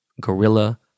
gorilla